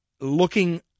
looking